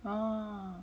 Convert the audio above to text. !wow!